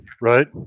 right